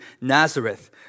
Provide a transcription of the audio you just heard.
Nazareth